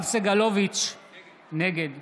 נגד